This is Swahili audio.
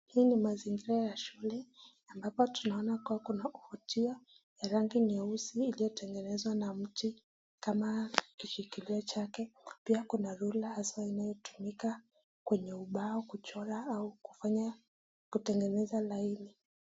Hii ni mazingira ya shule ambapo tunaona kuwa kuna hotia ya rangi nyeusi iliyotengezwa na mti kama kishikilio chake pia kuna rula haswa inayotumika kwenye ubao kuchora au kufanya kutengeneza laini.